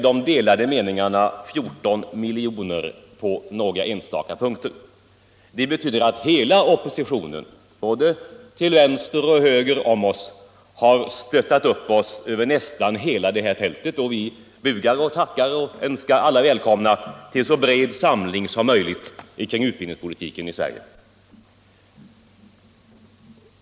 De delade meningarna avser 14 miljoner på några enstaka punkter. Det betyder att hela oppositionen, både till vänster och till höger om oss, har stöttat upp oss över nästan hela fältet. Vi bugar och tackar och önskar alla välkomna till en så bred samling som möjligt kring utbildningspolitiken i Sverige.